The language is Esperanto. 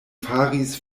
faris